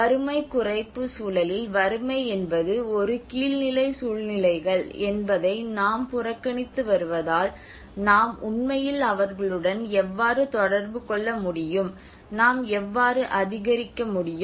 வறுமை குறைப்பு சூழலில் வறுமை என்பது ஒரு கீழ்நிலை சூழ்நிலைகள் என்பதை நாம் புறக்கணித்து வருவதால் நாம் உண்மையில் அவர்களுடன் எவ்வாறு தொடர்பு கொள்ள முடியும் நாம் எவ்வாறு அதிகரிக்க முடியும்